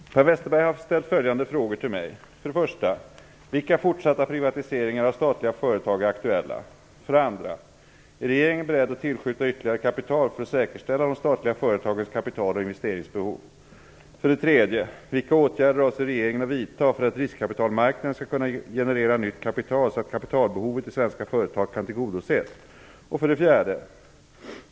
Fru talman! Per Westerberg har ställt följande frågor till mig. 1. Vilka fortsatta privatiseringar av statliga företag är aktuella? 2. Är regeringen beredd att tillskjuta ytterligare kapital för att säkerställa de statliga företagens kapital och investeringsbehov? 4.